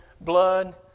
blood